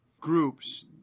groups